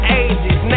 ages